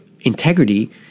integrity